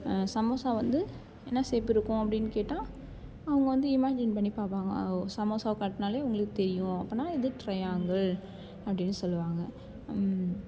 சமோசா வந்து என்ன ஷேப் இருக்கும் அப்படினு கேட்டால் அவங்க வந்து இமேஜின் பண்ணி பார்ப்பாங்க ஓ சமோசாவ காட்டினாலே உங்களுக்கு தெரியும் அப்படினா இது ட்ரையாங்கில் அப்படினு சொல்லுவாங்க